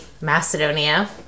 macedonia